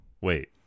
wait